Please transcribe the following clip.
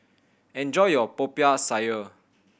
enjoy your Popiah Sayur